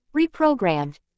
reprogrammed